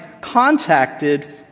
contacted